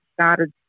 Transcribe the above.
started